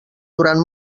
durant